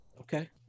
Okay